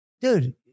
Dude